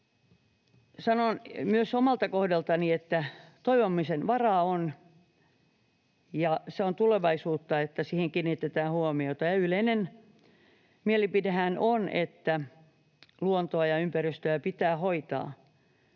Sanon myös omalta kohdaltani, että toivomisen varaa on, ja se on tulevaisuutta, että siihen kiinnitetään huomiota. Yleinen mielipidehän on, että luontoa ja ympäristöä pitää hoitaa,